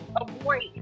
avoid